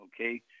okay